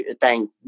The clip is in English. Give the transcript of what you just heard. thank